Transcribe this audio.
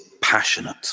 passionate